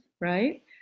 right